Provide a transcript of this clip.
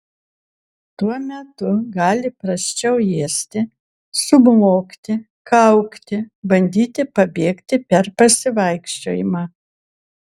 tuo metu gali prasčiau ėsti sublogti kaukti bandyti pabėgti per pasivaikščiojimą